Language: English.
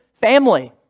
family